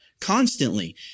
constantly